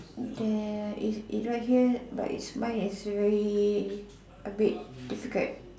there is is right here but is mine is very a bit difficult